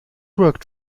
worked